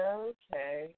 okay